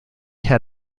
had